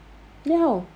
ya